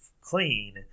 clean